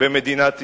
במדינת ישראל.